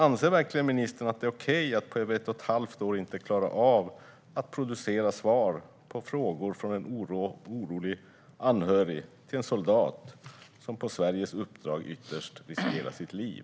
Anser verkligen ministern det är okej att på över ett och ett halvt år inte klara av att producera svar på frågor från en orolig anhörig till en soldat som på Sveriges uppdrag ytterst riskerar sitt liv?